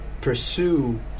pursue